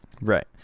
Right